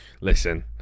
listen